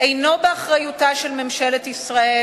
אינו באחריותה של ממשלת ישראל,